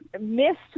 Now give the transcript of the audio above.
missed